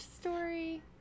story